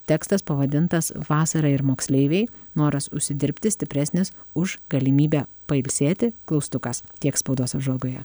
tekstas pavadintas vasara ir moksleiviai noras užsidirbti stipresnis už galimybę pailsėti klaustukas tiek spaudos apžvalgoje